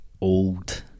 Old